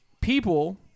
people